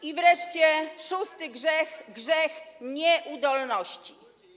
I wreszcie szósty grzech, grzech nieudolności.